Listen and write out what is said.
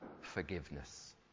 forgiveness